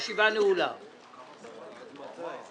תודה רבה.